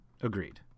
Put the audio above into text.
Agreed